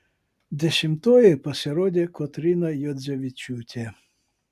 dešimtoji pasirodė kotryna juodzevičiūtė